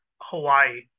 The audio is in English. Hawaii